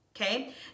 Okay